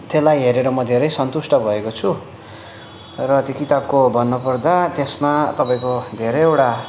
त्यसलाई हेरेर म धेरै सन्तुष्ट भएको छु र त्यो किताबको भन्नु पर्दा त्यसमा तपाईँको धेरैवटा